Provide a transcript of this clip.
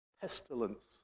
pestilence